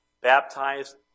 baptized